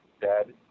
dead